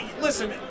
Listen